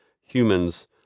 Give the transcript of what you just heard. humans